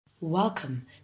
Welcome